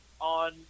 on